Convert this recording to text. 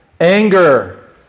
Anger